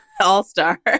all-star